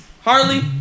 Harley